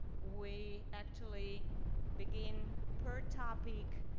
we actually begin, per topic,